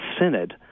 Synod